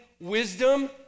wisdom